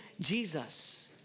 Jesus